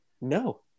no